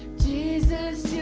jesus